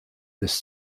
this